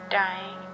dying